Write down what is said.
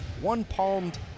one-palmed